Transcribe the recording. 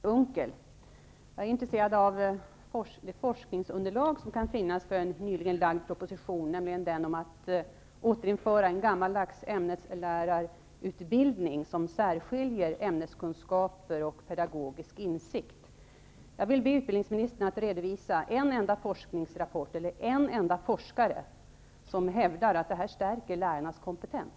Fru talman! Jag vill ställa en fråga till Per Unckel. Jag är intresserad av det forskningsunderlag som kan finnas för en nyligen framlagd proposition, nämligen den om att en gammaldags ämneslärarutbildning skall återinföras som särskiljer ämneskunskaper och pedagogisk insikt. Jag vill be utbildningsministern att redovisa en enda forskningsrapport eller en enda forskare som hävdar att detta stärker lärarnas kompetens.